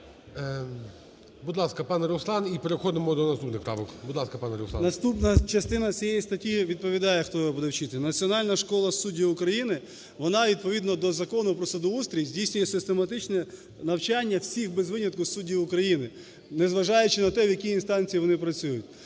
Наступна частина цієї статті відповідає, хто його буде вчити. Національна школа суддів України, вона відповідно до Закону про судоустрій здійснює систематичне навчання всіх без винятку суддів України, не зважаючи на те, в якій інстанції вони працюють.